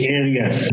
areas